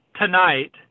tonight